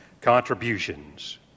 contributions